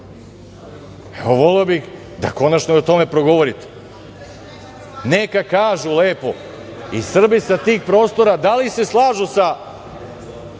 Evo, voleo bih da konačno o tome progovorite. Neka kažu lepo i Srbi sa tih prostora da li se slažu sa